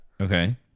Okay